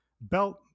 belt